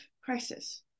crisis